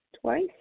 twice